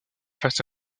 face